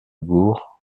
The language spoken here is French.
gourd